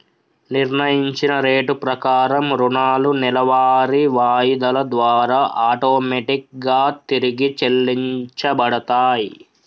నిర్ణయించిన రేటు ప్రకారం రుణాలు నెలవారీ వాయిదాల ద్వారా ఆటోమేటిక్ గా తిరిగి చెల్లించబడతయ్